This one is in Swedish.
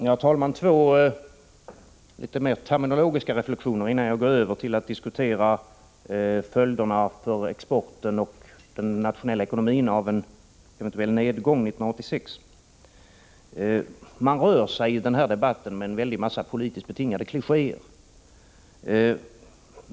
Herr talman! Jag har två litet mer terminologiska reflexioner, innan jag går över till att diskutera följderna för exporten och den nationella ekonomin av en eventuell konjunkturnedgång 1986. Man rör sig i den här debatten med en väldig massa politiskt betingade klichéer.